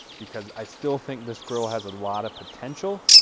because i still think this grill has a lot of potential,